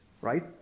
right